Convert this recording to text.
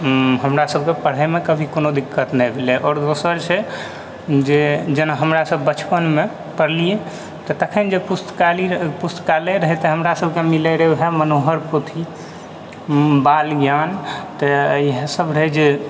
हमरा सबके पढाइमे कभी कोनो दिक्कत नहि भेलै आओर दोसर छै जे जेना हमरा सब बचपनमे पढ़लियै तऽ तखन जे पुस्तकालय रहै तऽ हमरा सबके मिलै रहै उएह मनोहर पोथी बाल ज्ञान तऽ इएह सब रहै जे